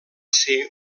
ser